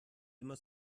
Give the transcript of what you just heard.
immer